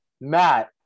matt